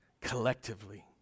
collectively